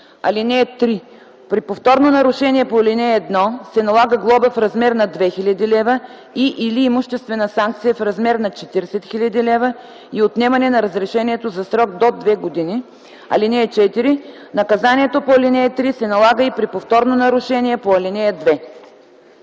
1 и 2. (3) При повторно нарушение по ал. 1 се налага глоба в размер на 2000 лв. и/или имуществена санкция в размер на 40 000 лв. и отнемане на разрешението за срок до две години. (4) Наказанието по ал. 3 се налага и при повторно нарушение по ал. 2.”